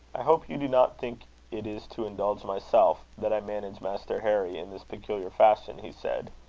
i hope you do not think it is to indulge myself that i manage master harry in this peculiar fashion, he said.